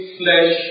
flesh